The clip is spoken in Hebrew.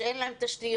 שאין להם תשתיות,